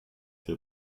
dir